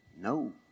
No